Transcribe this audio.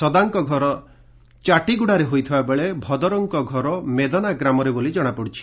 ସଦାଙ୍କ ଘର ଚାଟିଗୁଡାରେ ହୋଇଥିବା ବେଳେ ଭଦରଙ୍କ ଘର ମେଦନା ଗ୍ରାମରେ ବୋଲି ଜଣାପଡିଛି